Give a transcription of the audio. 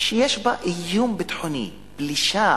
שיש בה איום ביטחוני, פלישה.